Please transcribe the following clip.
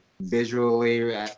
visually